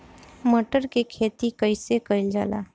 मटर के खेती कइसे कइल जाला?